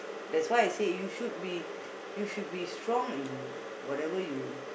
that's why I said you should be you should be strong in whatever you